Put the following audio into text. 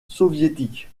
soviétiques